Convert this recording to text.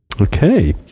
Okay